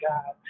God